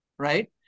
Right